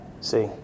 see